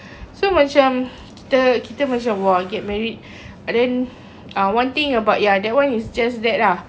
so macam kita kita macam !wah! get married and then ah one thing about ya that one is just that ah